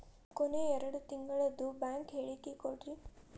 ಕೊನೆ ಎರಡು ತಿಂಗಳದು ಬ್ಯಾಂಕ್ ಹೇಳಕಿ ಕೊಡ್ರಿ